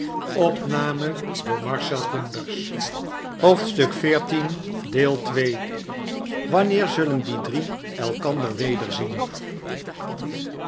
wanneer zullen die dkie elkander wederzien